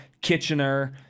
Kitchener